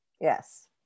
Yes